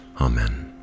Amen